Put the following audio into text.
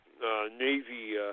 Navy